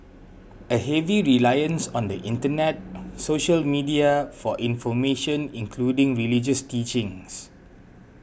a heavy reliance on the Internet social media for information including religious teachings